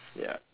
ya